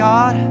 God